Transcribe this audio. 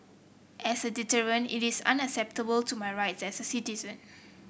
as a deterrent it is unacceptable to my rights as a citizen